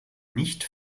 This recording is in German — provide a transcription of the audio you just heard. nicht